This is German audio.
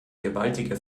gewaltige